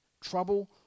trouble